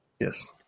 Yes